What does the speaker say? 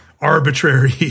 arbitrary